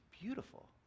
beautiful